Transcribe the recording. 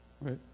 right